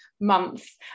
months